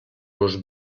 los